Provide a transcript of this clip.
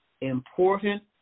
important